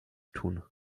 tun